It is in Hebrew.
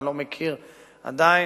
אני לא מכיר עדיין,